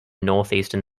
northeastern